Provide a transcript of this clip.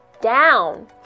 down